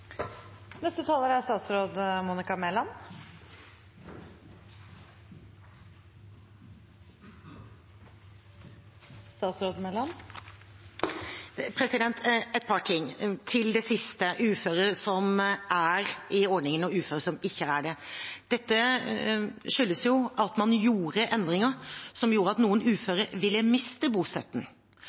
Et par ting – til det siste om uføre som er i ordningen, og uføre som ikke er det: Dette skyldes at man gjorde endringer som gjorde at noen uføre ville miste bostøtten.